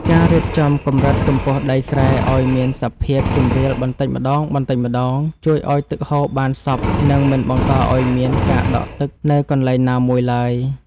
ការរៀបចំកម្រិតកម្ពស់ដីស្រែឱ្យមានសភាពជម្រាលបន្តិចម្តងៗជួយឱ្យទឹកហូរបានសព្វ និងមិនបង្កឱ្យមានការដក់ទឹកនៅកន្លែងណាមួយឡើយ។